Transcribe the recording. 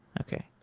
okay,